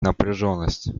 напряженность